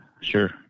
sure